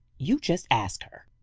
you just ask her!